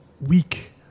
week